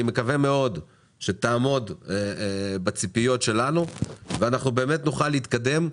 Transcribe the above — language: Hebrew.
אני מקווה מאוד שתעמוד בציפיות שלנו ונוכל באמת להתקדם.